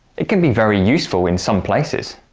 it can be very useful in some places.